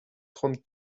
trente